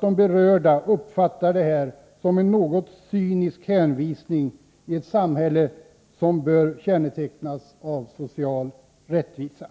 de berörda uppfattar denna hänvisning såsom något cynisk i ett samhälle, som bör kännetecknas av social rättvisa.